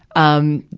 um,